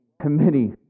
committee